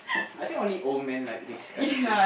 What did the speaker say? I think only old man like this kind of thing